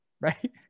right